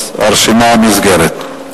הרשימה נסגרת.